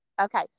Okay